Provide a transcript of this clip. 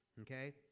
okay